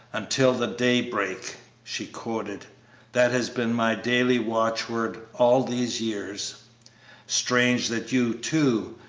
until the day break she quoted that has been my daily watchword all these years strange that you, too,